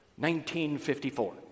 1954